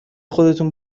خودتون